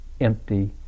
empty